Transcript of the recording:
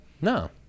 no